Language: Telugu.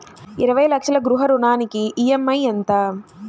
ఇరవై లక్షల గృహ రుణానికి ఈ.ఎం.ఐ ఎంత?